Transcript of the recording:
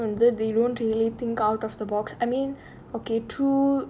ah நிறையா பேரு வந்து:niraiyaa peru vanthu they don't really think out of the box I mean okay